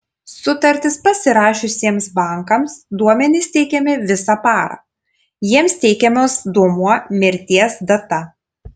sutartis pasirašiusiems bankams duomenys teikiami visą parą jiems teikiamas duomuo mirties data